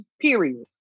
period